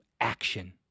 action